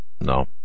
no